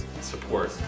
support